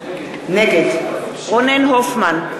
נגד רונן הופמן,